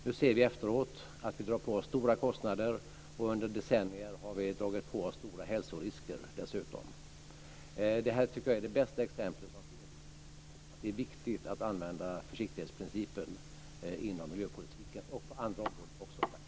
Nu efteråt ser vi att vi drar på oss stora kostnader, och under decennier har vi dessutom dragit på oss stora hälsorisker. Det tycker jag är det bästa exemplet som finns på att det är viktigt att använda försiktighetsprincipen inom miljöpolitiken och också på andra områden.